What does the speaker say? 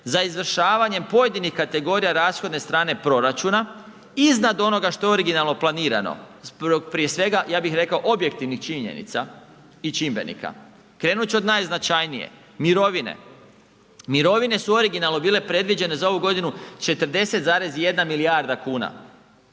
za izvršavanjem pojedinih kategorija rashodne strane proračuna iznad onoga što je originalno planirano, prije svega ja bih rekao objektivnih činjenica i čimbenika, krenut ću od najznačajnije, mirovine. Mirovine su originalno bile predviđene za ovu godinu 40,1 milijarda kuna.